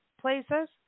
places